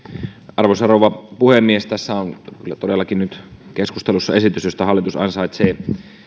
arvoisa rouva puhemies tässä on kyllä todellakin nyt keskustelussa esitys josta hallitus ansaitsee